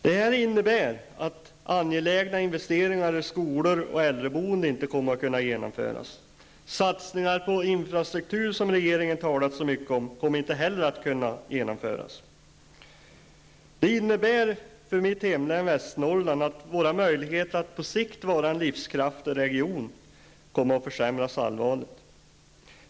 Det här innebär att angelägna investeringar i skolor och äldreboende inte kommer att kunna genomföras. De satsningar på infrastrukturen som regeringen har talat så mycket om, kommer inte heller att kunna genomföras. För mitt hemlän, Västernorrland, innebär det att våra möjligheter att på sikt vara en livskraftig region kommer att försämras allvarligt.